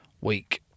week